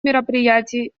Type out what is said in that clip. мероприятий